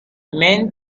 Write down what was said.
man